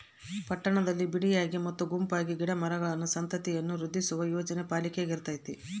ಪಟ್ಟಣದಲ್ಲಿ ಬಿಡಿಯಾದ ಮತ್ತು ಗುಂಪಾದ ಗಿಡ ಮರಗಳ ಸಂತತಿಯನ್ನು ವೃದ್ಧಿಸುವ ಯೋಜನೆ ಪಾಲಿಕೆಗಿರ್ತತೆ